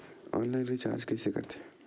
Online recharge कइसे करथे?